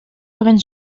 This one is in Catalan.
havent